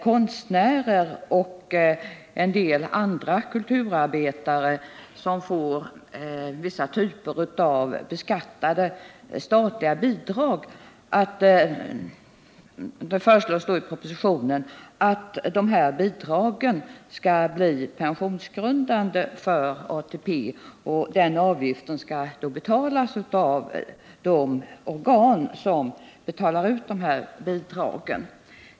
Konstnärer och en del andra kulturarbetare får vissa typer av beskattade statliga bidrag. I propositionen föreslås att dessa bidrag skall bli pensionsgrundande när det gäller ATP. Avgiften skall betalas av de organ som betalar ut bidragen.